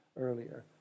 earlier